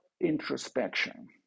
introspection